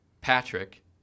Patrick